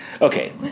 Okay